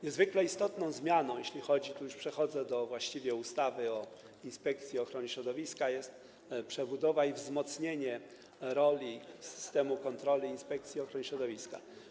Niezwykle istotną zmianą - właściwie tu już przechodzę do ustawy o Inspekcji Ochrony Środowiska - jest przebudowa i wzmocnienie roli systemu kontroli Inspekcji Ochrony Środowiska.